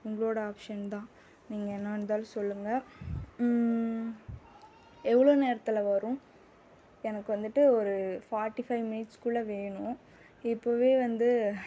உங்களோடய ஆப்ஷன் தான் நீங்கள் என்னவாக இருந்தாலும் சொல்லுங்கள் எவ்வளோ நேரத்தில் வரும் எனக்கு வந்துட்டு ஒரு ஃபார்ட்டி ஃபைவ் மினிட்ஸ்குள்ளே வேணும் இப்போவே வந்து